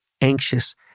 anxious